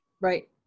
Right